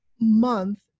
month